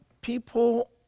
People